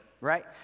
right